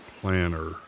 planner